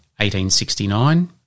1869